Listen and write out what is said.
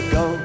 go